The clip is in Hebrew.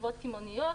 בחטיבות קמעוניות.